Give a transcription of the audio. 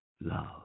love